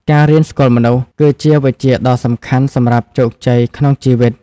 ការរៀនស្គាល់មនុស្ស គឺជាវិជ្ជាដ៏សំខាន់សម្រាប់ជោគជ័យក្នុងជីវិត។